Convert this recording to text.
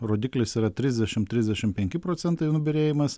rodiklis yra trisdešim trisdešim penki nubyrėjimas